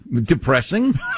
depressing